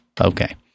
Okay